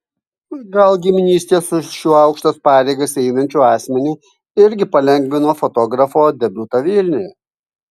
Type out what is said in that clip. gal giminystė su šiuo aukštas pareigas einančiu asmeniu irgi palengvino fotografo debiutą vilniuje